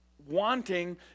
wanting